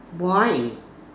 why